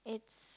it's